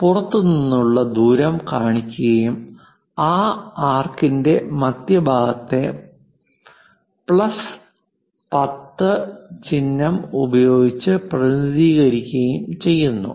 പുറത്തുനിന്നുള്ള ദൂരം കാണിക്കുകയും ആ ആർക്കിന്റെ മധ്യഭാഗത്തെ 10 പ്ലസ് 10 ചിഹ്നം ഉപയോഗിച്ച് പ്രതിനിധീകരിക്കുകയും ചെയ്യുന്നു